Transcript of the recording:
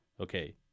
Okay